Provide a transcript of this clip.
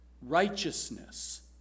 Righteousness